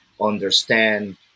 understand